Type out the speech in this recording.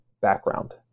background